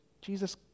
Jesus